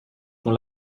con